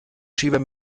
schieber